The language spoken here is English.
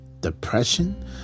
depression